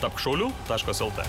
tapk šaulių taškas lt